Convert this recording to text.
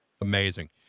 amazing